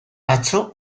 atzo